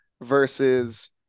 versus